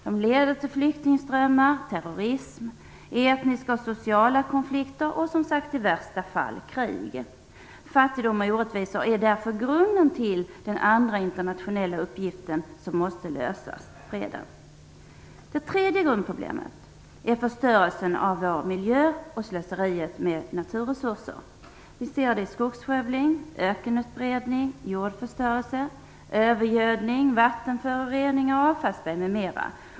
De leder till flyktingströmmar, terrorism, etniska och sociala konflikter och, som sagt, i värsta fall krig. Fattigdom och orättvisor är därför grunden till den andra internationella uppgift som måste lösas: freden. Det tredje grundproblemet är förstörelsen av vår miljö och slöseriet med naturresurser. Vi ser det i skogsskövling, ökenutbredning, jordförstörelse, övergödning, vattenföroreningar, avfallsberg m.m.